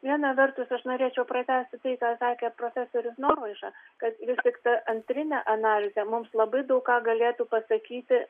viena vertus aš norėčiau pratęsti tai ką sakė profesorius norvaiša kad vis tik ta antrinė analizė mums labai daug ką galėtų pasakyti